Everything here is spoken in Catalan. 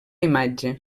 imatge